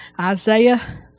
Isaiah